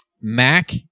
Mac